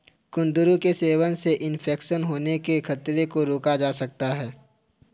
कुंदरू के सेवन से इन्फेक्शन होने के खतरे को रोका जा सकता है